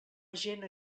agent